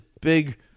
big